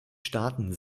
staaten